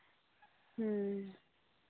ᱦᱮᱸ